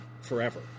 forever